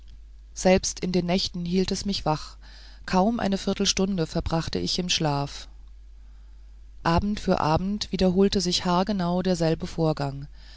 selbst in den nächten hielt es mich wach kaum eine viertelstunde verbrachte ich im schlaf abend für abend wiederholte sich haargenau derselbe vorgang